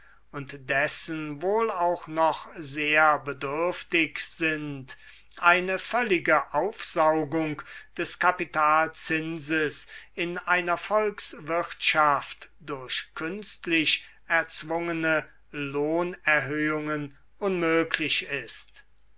und dessen wohl auch noch sehr bedürftig sind eine völlige aufsaugung des kapitalzinses in einer volkswirtschaft durch künstlich erzwungene lohnerhöhungen unmöglich ist